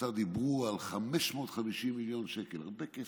באוצר דיברו הוא על 550 מיליון שקל, הרבה כסף.